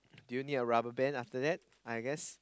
do you need a rubber band after that I guess